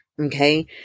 Okay